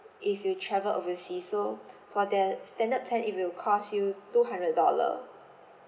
if you travel overseas so for the standard plan it will cost you two hundred dollar